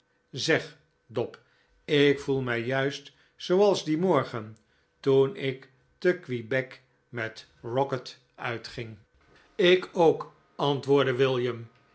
zeg dob ik voel mij juist zooals dien morgen toen ik te quebec met rocket uitging ik ook antwoordde